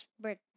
birthday